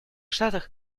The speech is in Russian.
штатах